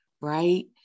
right